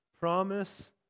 promise